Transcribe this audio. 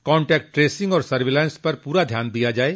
contact tracing और surveillance पर पूरा ध्यान दिया जाये